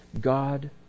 God